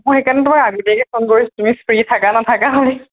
মই সেইকাৰণে তোমাক আজি দেৰিকৈ ফোন কৰিছো তুমি ফ্ৰী থাকা নাথাকা বুলি